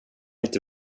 inte